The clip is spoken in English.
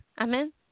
Amen